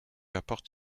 apporte